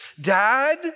Dad